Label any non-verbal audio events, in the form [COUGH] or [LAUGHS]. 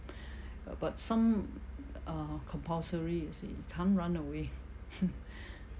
but some are compulsory you see you can't run away [LAUGHS]